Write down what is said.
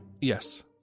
Yes